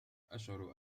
أشعر